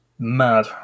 Mad